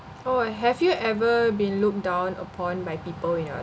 oh have you ever been looked down upon by people in your